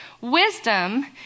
Wisdom